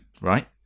right